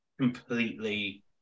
completely